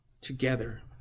together